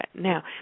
now